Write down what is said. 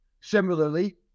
Similarly